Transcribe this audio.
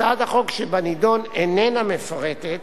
הצעת החוק שבנדון איננה מפרטת את